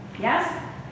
yes